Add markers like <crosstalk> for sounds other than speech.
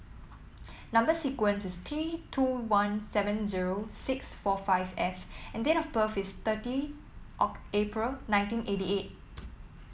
number sequence is T two one seven zero six four five F and date of birth is thirty <unintelligible> April nineteen eighty eight